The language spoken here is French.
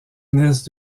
nièce